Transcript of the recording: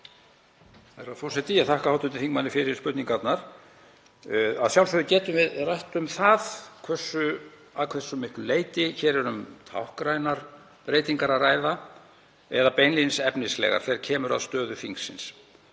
Herra forseti. Ég þakka hv. þingmanni fyrir spurningarnar. Að sjálfsögðu getum við rætt um það að hve miklu leyti er um táknrænar breytingar að ræða eða beinlínis efnislegar þegar kemur að stöðu þingsins.